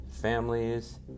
families